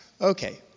Okay